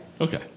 Okay